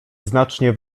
znacznie